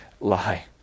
lie